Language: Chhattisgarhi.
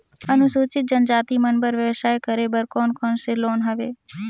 अनुसूचित जनजाति मन बर व्यवसाय करे बर कौन कौन से लोन हवे?